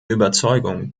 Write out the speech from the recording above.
überzeugung